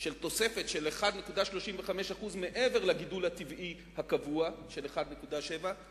של תוספת של 1.35% מעבר לגידול הטבעי הקבוע של 1.7%